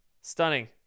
Stunning